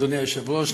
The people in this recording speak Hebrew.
אדוני היושב-ראש,